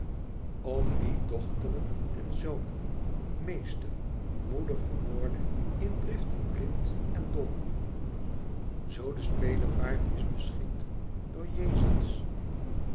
wie dochteren en zonen meester moeder vermoordde in driften blind en dol zoo de spelevaart is beschikt door